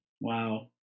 Wow